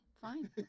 fine